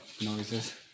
noises